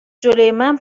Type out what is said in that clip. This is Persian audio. جلومن